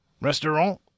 Restaurant